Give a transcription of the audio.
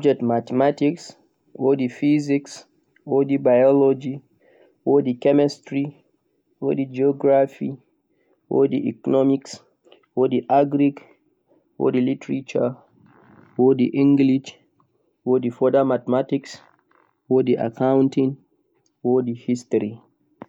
wodi subjects mathematics, wodi physics, wodi biology, wodi chemistry, wodi geography, wodi economics, wodi agric, wodi wodi litrature, wodi english, wodi further mathematics, wodi accounting kuma wodi history